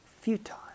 futile